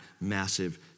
massive